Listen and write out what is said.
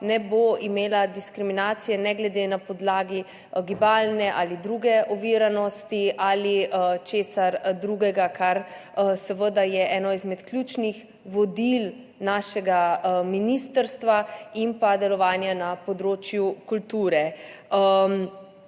ne bo delala diskriminacije, ne glede na kakšni podlagi, gibalne ali druge oviranosti ali česa drugega, kar je seveda eno izmed ključnih vodil našega ministrstva in delovanja na področju kulture.